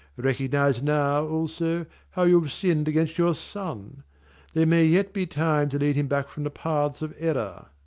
recognise now, also, how you have sinned against your son there may yet be time to lead him back from the paths of error.